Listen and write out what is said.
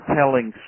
telling